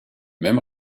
même